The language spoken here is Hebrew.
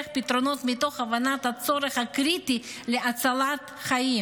פתרונות מתוך הבנת הצורך הקריטי בהצלת חיים.